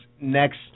next